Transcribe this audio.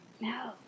no